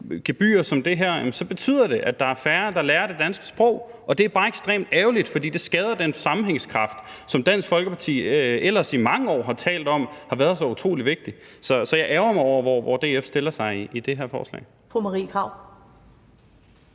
gebyrer som dem her, at det så betyder, at der er færre, der lærer det danske sprog, og det er bare ekstremt ærgerligt, fordi det skader den sammenhængskraft, som Dansk Folkeparti ellers i mange år har talt om var så utrolig vigtig. Så jeg ærgrer mig over, hvordan DF stiller sig i forbindelse